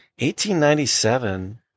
1897